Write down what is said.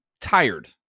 tired